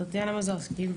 טטיאנה מזרסקי,